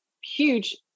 huge